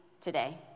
today